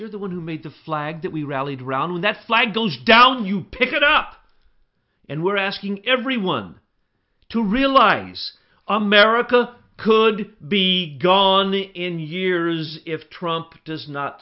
you're the one who made the flag that we rallied around that flag goes down you pick it up and we're asking everyone to realize america could be gone in years if trump does not